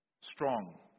strong